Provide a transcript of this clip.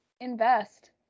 Invest